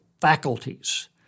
faculties